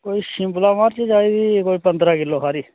कोई शिमला मिर्च चाहिदी कोई पंदरां किल्लो हारी